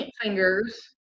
fingers